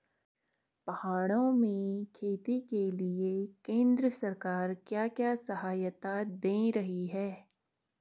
पहाड़ों में खेती के लिए केंद्र सरकार क्या क्या सहायता दें रही है?